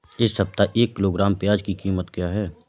इस सप्ताह एक किलोग्राम प्याज की कीमत क्या है?